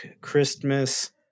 christmas